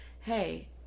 hey